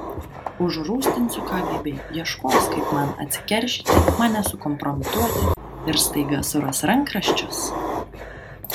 užrūstinsiu kgb ieškos kaip man atsikeršyti mane sukompromituoti ir staiga suras rankraščius